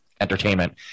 entertainment